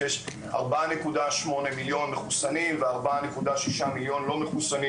שיש 4.8 מיליון מחוסנים ו-4.6 לא מחוסנים.